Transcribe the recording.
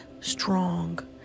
strong